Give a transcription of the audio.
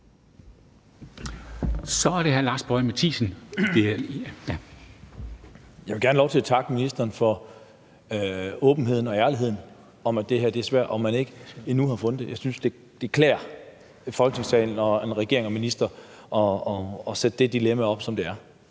Kl. 10:15 Lars Boje Mathiesen (NB): Jeg vil gerne have lov til at takke ministeren for åbenheden og ærligheden om, at det her er svært og man ikke endnu har fundet en løsning. Jeg synes, det klæder Folketingssalen og en regering og en minister at sætte det dilemma op, som det er.